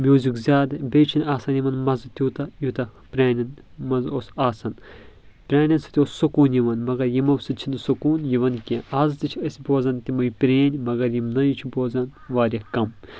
music زیادٕ بیٚیہِ چھُنہٕ آسان یِمن مزٕ تیوٗتاہ یوٗتاہ پرانٮ۪ن منٛز اوس آسان پرانٮ۪و سۭتۍ اوس سکوٗن یِوان منٛر یِمو سۭتۍ چھُنہٕ سکوٗن یِوان کینٛہہ آز تہِ چھِ أسۍ بوزان تِمٕے پرٲنۍ بٲتۍ یِم نٔوۍ چھٕ بوزان واریاہ کم